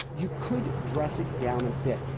you could dress it down a bit.